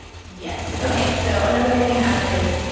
yes. okay, so another one we have is,